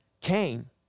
came